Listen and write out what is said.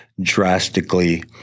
drastically